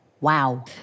Wow